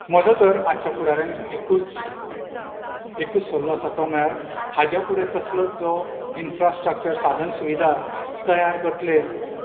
म्हजो तर आजच्या फुडारान एकूच एकूच सल्लो आसा तो म्हळ्यार हाजे फुडें कसलोच जो इनफ्रास्ट्रक्चर साधन सुविधा तयार करतले